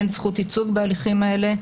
אין זכות ייצוג בהליכים האלה,